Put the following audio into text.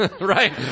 right